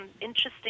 interesting